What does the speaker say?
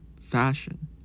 fashion